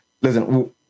listen